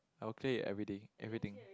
I'll clear it everyday everything